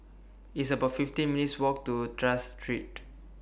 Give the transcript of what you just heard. It's about fifty minutes' Walk to Tras Street